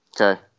Okay